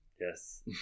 yes